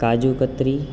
કાજુકતરી